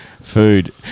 Food